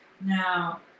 now